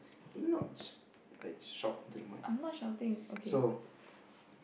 can you not s~ like shout to the mic so